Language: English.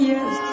Yes